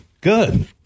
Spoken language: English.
Good